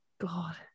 God